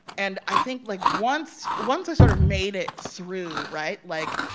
and i think, like, once once i sort of made it through right? like,